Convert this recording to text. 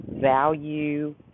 value